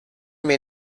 mir